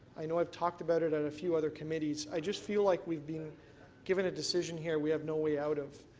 i know i've talked about it at a few other committees. i just feel like we've been given a decision here we have no way out of.